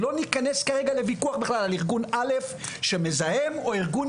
לא ניכנס כרגע לוויכוח בכלל על ארגון א' שמזהם או ארגון